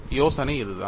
யோசனை இதுதான்